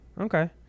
Okay